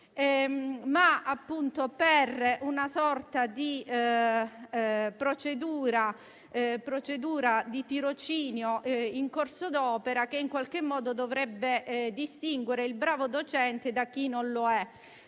ma con una sorta di procedura di tirocinio in corso d'opera che in qualche modo dovrebbe distinguere il bravo docente da chi non lo è.